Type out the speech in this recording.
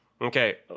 Okay